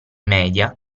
media